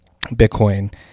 Bitcoin